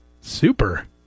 super